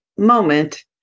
moment